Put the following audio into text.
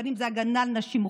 בין שזה הגנה על נשים מוחלשות,